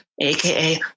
aka